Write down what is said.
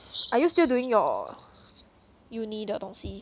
are you still doing your uni 的东西